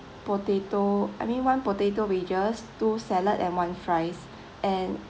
potato I mean one potato wedges two salad and one fries and